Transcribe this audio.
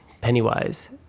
Pennywise